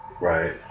Right